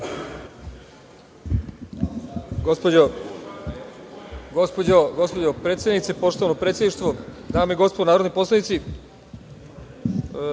Gospođo predsednice, poštovano predsedništvo, dame i gospodo narodni poslanici,